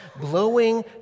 blowing